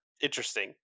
interesting